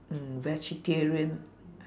mm vegetarian